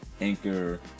Anchor